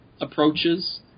approaches